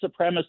supremacist